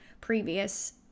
previous